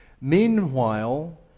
Meanwhile